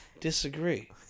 disagree